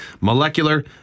molecular